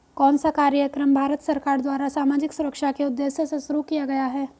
कौन सा कार्यक्रम भारत सरकार द्वारा सामाजिक सुरक्षा के उद्देश्य से शुरू किया गया है?